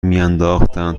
میانداختند